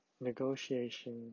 negotiation